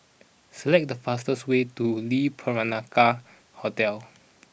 select the fastest way to Lee Peranakan Hotel